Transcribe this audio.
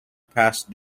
past